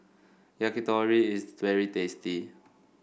Yakitori is very tasty